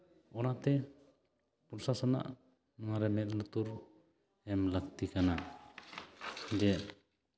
ᱚᱱᱟᱛᱮ ᱯᱨᱚᱥᱟᱥᱚᱱᱟᱜ ᱚᱱᱟᱨᱮ ᱢᱮᱫ ᱞᱩᱛᱩᱨ ᱮᱢ ᱞᱟᱹᱠᱛᱤ ᱠᱟᱱᱟ ᱡᱮ